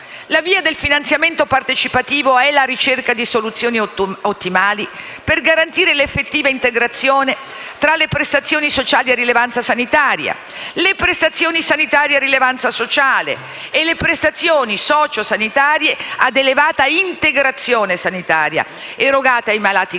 La via del finanziamento partecipativo è la ricerca di soluzioni ottimali per garantire l'effettiva integrazione tra le prestazioni sociali a rilevanza sanitaria, le prestazioni sanitarie a rilevanza sociale e le prestazioni socio-sanitarie a elevata integrazione sanitaria erogate a malati cronici,